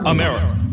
America